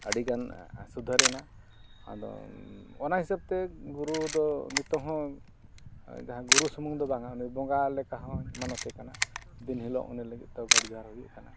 ᱟᱹᱰᱤ ᱜᱟᱱ ᱥᱩᱫᱷᱟᱹᱨ ᱮᱱᱟ ᱟᱫᱚ ᱚᱱᱟ ᱦᱤᱥᱟᱹᱵ ᱛᱮ ᱜᱩᱨᱩ ᱫᱚ ᱱᱤᱛᱚᱜ ᱦᱚᱸ ᱡᱟᱦᱟᱸᱭ ᱜᱩᱨᱩ ᱥᱩᱢᱩᱝ ᱫᱚ ᱵᱟᱝᱟ ᱩᱱᱤ ᱵᱚᱸᱜᱟ ᱞᱮᱠᱟ ᱦᱚᱸ ᱢᱟᱱᱚᱛᱮ ᱠᱟᱱᱟ ᱫᱤᱱ ᱦᱤᱞᱳᱜ ᱩᱱᱤ ᱞᱟᱹᱜᱤᱫ ᱛᱮ ᱜᱚᱰ ᱡᱚᱦᱟᱨ ᱦᱩᱭᱩᱜ ᱠᱟᱱᱟ